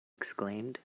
exclaimed